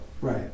Right